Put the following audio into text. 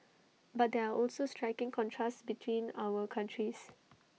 but there are also striking contrasts between our countries